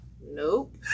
nope